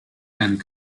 and